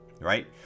right